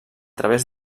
través